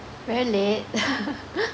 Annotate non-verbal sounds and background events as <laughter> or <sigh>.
very late <laughs>